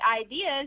ideas